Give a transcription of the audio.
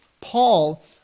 Paul